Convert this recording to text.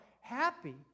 happy